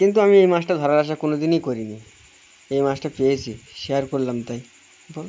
কিন্তু আমি এই মাছটা ধরার আশা কোনো দিনই করিনি এই মাছটা পেয়েছি শেয়ার করলাম তাই